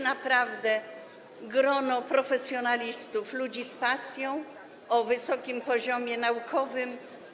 Naprawdę to jest grono profesjonalistów, ludzi z pasją, o wysokim poziomie naukowym.